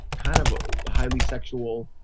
kind of highly sexual.